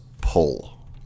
Pull